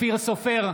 אופיר סופר,